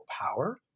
power